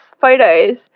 photos